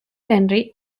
henry